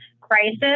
crisis